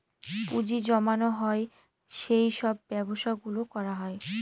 পুঁজি জমানো হয় সেই সব ব্যবসা গুলো করা হয়